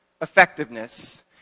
effectiveness